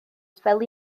fel